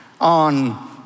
on